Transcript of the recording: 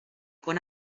con